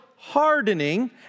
Hardening